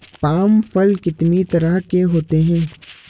Palm फल कितनी तरह के होते हैं?